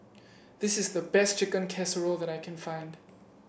this is the best Chicken Casserole that I can find